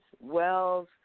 Wells